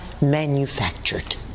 manufactured